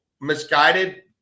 misguided